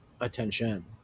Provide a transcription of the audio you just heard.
attention